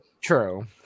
True